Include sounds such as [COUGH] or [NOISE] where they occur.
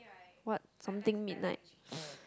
what something midnight [NOISE]